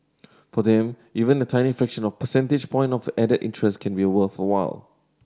for them even a tiny fraction of percentage point of added interest can be worthwhile